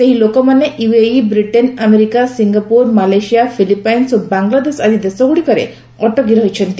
ସେହି ଲୋକମାନେ UAE Britain America Singapore Malaysia Philippines ଓ ବାଂଲଦେଶ ଆଦି ଦେଶଗୁଡ଼ିକରେ ଅଟକି ରହିଛନ୍ତି